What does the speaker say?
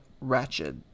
Ratchet